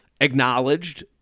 acknowledged